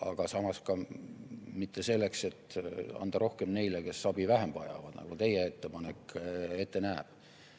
aga mitte selleks, et anda rohkem neile, kes abi vähem vajavad, nagu teie ettepanek ette näeb.